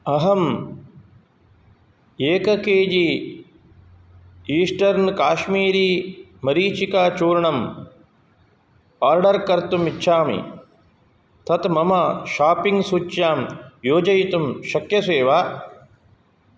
अहम् एकं K G Eastern Kashmiri मरीचिकाचूर्णम् आर्डर् कर्तुम् इच्छामि तत् मम शाप्पिङ्ग् सूच्यां योजयितुं शक्यसे वा